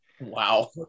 Wow